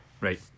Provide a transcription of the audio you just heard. Right